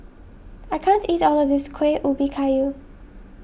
I can't eat all of this Kuih Ubi Kayu